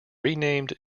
renamed